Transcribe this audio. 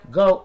go